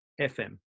FM